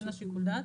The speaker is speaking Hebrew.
אין לה שיקול דעת.